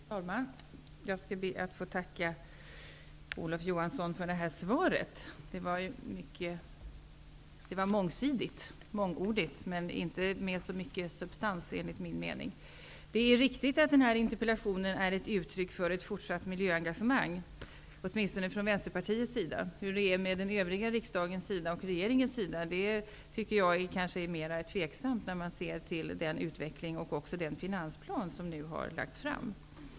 Fru talman! Jag skall be att få tacka Olof Johansson för svaret. Det var mycket mångsidigt och mångordigt, men det innehöll inte så mycket substans, enligt min mening. Det är riktigt att interpellationen är ett uttryck för ett fortsatt miljöengagemang, åtminstone från Vänsterpartiets sida. Hur det är med den övriga riksdagen och med regeringen är kanske mer tveksamt, om man ser till utvecklingen och till den finansplan som nu har lagts fram.